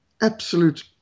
absolute